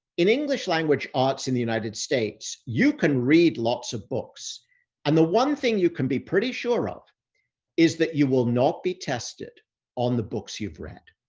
in english language arts in the united states, you can read lots of books and the one thing you can be pretty sure of is that you will not be tested on the books you've read.